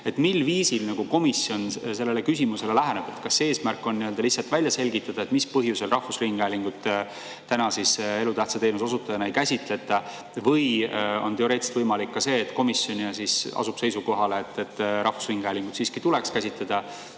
Mil viisil komisjon sellele küsimusele läheneb? Kas eesmärk on lihtsalt välja selgitada, mis põhjusel rahvusringhäälingut täna elutähtsa teenuse osutajana ei käsitleta, või on teoreetiliselt võimalik ka see, et komisjon asub seisukohale, et rahvusringhäälingut tuleks siiski käsitleda